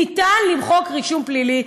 ניתן למחוק רישום פלילי.